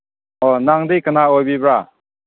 ꯑꯣ ꯅꯪꯗꯤ ꯀꯅꯥ ꯑꯣꯏꯕꯤꯕ